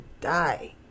die